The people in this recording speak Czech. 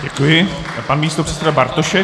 Děkuji Pan místopředseda Bartošek.